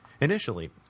Initially